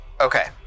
Okay